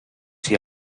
die